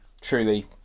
Truly